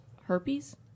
herpes